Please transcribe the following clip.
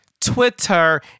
Twitter